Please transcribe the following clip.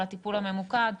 על הטיפול הממוקד,